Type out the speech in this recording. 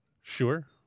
Sure